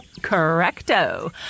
Correcto